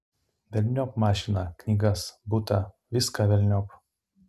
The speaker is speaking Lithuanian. velniop mašiną knygas butą viską velniop